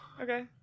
Okay